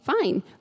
fine